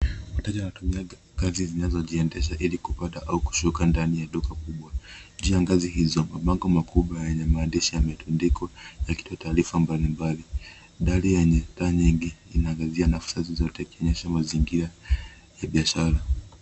Wateja wanatumia ngazi zinazojiendesha ili kupanda au kushuka ndani ya duka kubwa. Juu ya ngazi hizo mabango makubwa yenye maandishi yametundikwa yakitoa taarifa mbalimbali. Dari yenye taa nyingi inaangazia nafasi zote ikionyesha mazingira ya biashara.